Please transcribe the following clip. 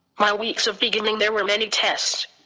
my weeks of beginning there were many tests.